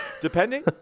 Depending